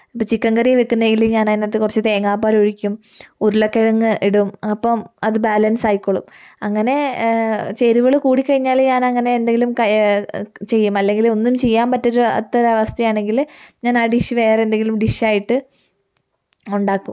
chicken curry വെയ്ക്കുന്നതിൽ ഞാനതിനകത്ത് കുറച്ച് തേങ്ങാപ്പാലൊഴിക്കും ഉരുളക്കിഴങ്ങ് ഇടും അപ്പം അത് ബാലൻസ് ആയിക്കോളും അങ്ങനെ ചേരുവകള് കൂടിക്കഴിഞ്ഞാല് ഞാനങ്ങനെ എന്തെങ്കിലും കയ ചെയ്യും അല്ലെങ്കില് ഒന്നും ചെയ്യാൻ പറ്റൊരാത്തൊരവസ്ഥയാണെങ്കില് ഞാൻ അ ഡിഷ് വേറെന്തെങ്കിലും ഡിഷായിട്ട് ഉണ്ടാക്കും